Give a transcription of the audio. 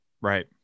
Right